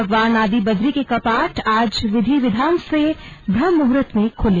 भगवान आदि बदरी के कपाट आज विधि विधान से ब्रह्म मुहूर्त में खुले